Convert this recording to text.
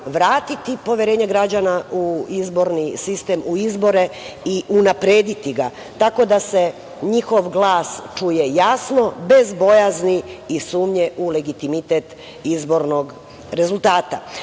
vratiti poverenje građana u izborni sistem, u izbore i unaprediti ga. Tako da se njihov glas čuje jasno, bez bojazni i sumnje u legitimitet izbornog